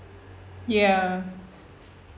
yeah